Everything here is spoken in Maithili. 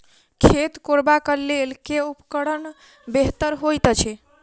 खेत कोरबाक लेल केँ उपकरण बेहतर होइत अछि?